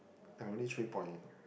I only three point